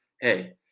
Hey